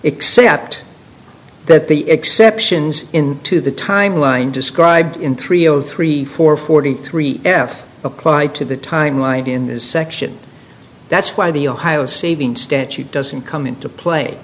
except that the exceptions in to the timeline described in three zero three four forty three f applied to the time line in this section that's why the ohio saving statute doesn't come into play